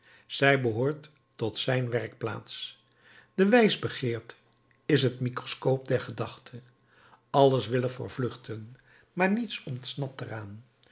zij behoort tot zijn werkplaats de wijsbegeerte is het microscoop der gedachte alles wil er voor vluchten maar niets ontsnapt er